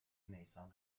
نیسان